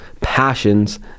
passions